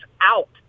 out